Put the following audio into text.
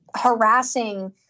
harassing